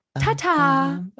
Ta-ta